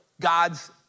God's